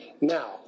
Now